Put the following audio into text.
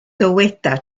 dyweda